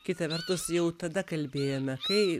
kita vertus jau tada kalbėjome kai